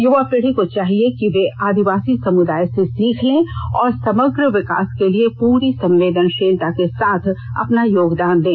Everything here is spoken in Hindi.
युवा पीढ़ी को चाहिए कि वे आदिवासी समुदाय से सीख ले और समग्र विकास के लिए पूरी संवेदनषीलता के साथ अपना योगदान दें